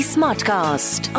Smartcast